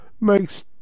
makes